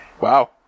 Wow